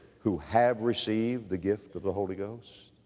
who have received the gift of the holy ghost?